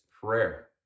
prayer